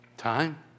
Time